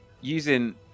Using